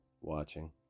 watching